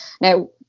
Now